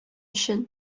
өчен